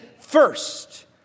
first